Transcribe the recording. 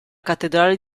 cattedrale